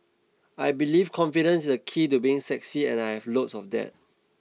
I believe confidence is the key to being sexy and I have loads of that